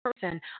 person